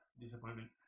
Disappointment